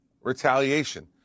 retaliation